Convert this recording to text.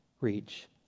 reach